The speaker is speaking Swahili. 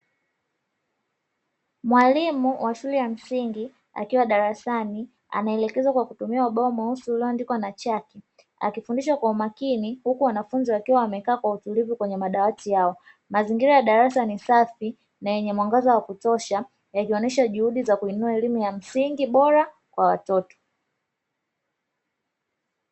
Mwalimu wa shule ya msingi akiwa darasani, anaelekeza kwa kutumia ubao mweusi ulioandikwa na chaki. Akifundisha kwa umakini huku wanafunzi wakiwa wamekaa kwa utulivu kwenye madawati yao. Mazingira ya darasa ni safi na yenye mwangaza wa kutosha; yakionesha juhudi za kuinua elimu ya msingi bora kwa watoto.